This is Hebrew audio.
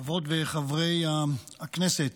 חברות וחברי הכנסת,